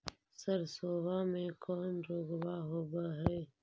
सरसोबा मे कौन रोग्बा होबय है?